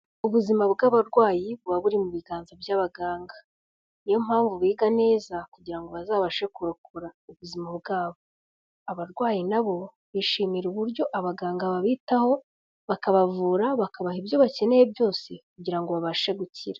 Ubuzima bw'abarwayi buba buri mu biganza by'abaganga. Ni yo mpamvu biga neza kugira ngo bazabashe kurokora ubuzima bwabo. Abarwayi nabo bishimira uburyo abaganga babitaho, bakabavura, bakabaha ibyo bakeneye byose kugira ngo babashe gukira.